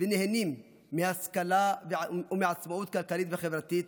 ונהנים מהשכלה ומעצמאות כלכלית וחברתית.